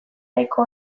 nahiko